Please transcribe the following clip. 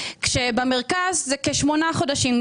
כשבמרכז זה כשמונה חודשים.